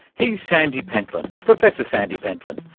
he's sandy pentland, professor sandy pentland,